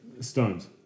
Stones